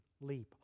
leap